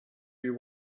you